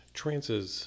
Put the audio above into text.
trances